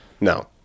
No